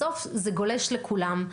בסוף זה גולש לכולם,